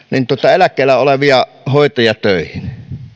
eläkkeellä olevia hoitajia töihin